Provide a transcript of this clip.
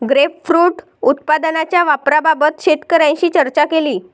grapefruit उत्पादनाच्या वापराबाबत शेतकऱ्यांशी चर्चा केली